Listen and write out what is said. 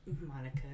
monica